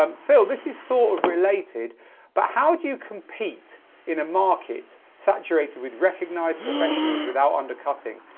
um phil, this is sort of related but how do you compete in a market saturated with recognised professionals without undercutting?